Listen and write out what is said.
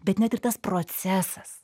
bet net ir tas procesas